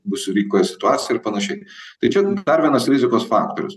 bus rinkoj situacija ir panašiai tai čia va dar vienas rizikos faktorius